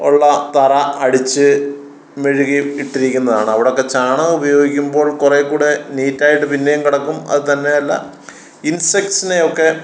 ഉള്ള തറ അടിച്ച് മെഴുകി ഇട്ടിരിക്കുന്നതാണവിടെയൊക്കെ ചാണകം ഉപയോഗിക്കുമ്പോൾ കുറേക്കൂടെ നീറ്റായിട്ട് പിന്നെയും കിടക്കും അത് തന്നെയല്ല ഇൻസെക്ട്സിനെയൊക്കെ